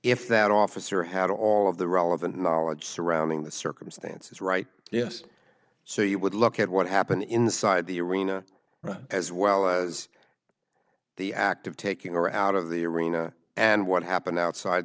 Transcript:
if that officer had all of the relevant knowledge surrounding the circumstances right yes so you would look at what happened inside the arena as well as the act of taking her out of the arena and what happened outside